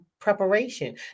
preparation